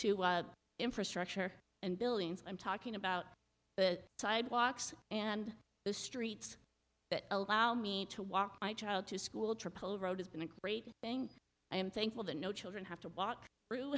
to infrastructure and billions i'm talking about but sidewalks and the streets that allow me to walk my child to school triple road has been a great thing i am thankful that no children have to walk through